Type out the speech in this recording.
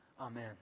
Amen